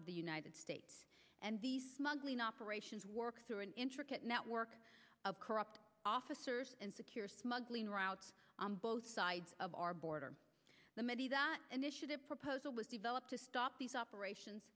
of the united states and the smuggling operations work through an intricate network of corrupt officers and secure smuggling routes on both sides of our border the many that initiative proposal was developed to stop these operations